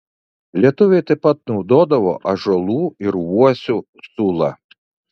lietuviai taip pat naudodavo ąžuolų ir uosių sulą